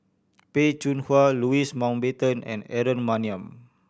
Peh Chin Hua Louis Mountbatten and Aaron Maniam